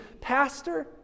Pastor